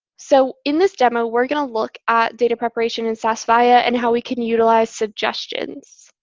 so in this demo, we're going to look at data preparation in sas viya and how we can utilize suggestions.